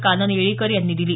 कानन येळीकर यांनी दिली